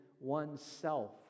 oneself